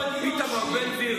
איתמר בן גביר,